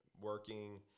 working